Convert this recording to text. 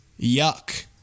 Yuck